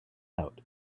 out